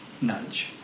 nudge